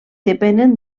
depenen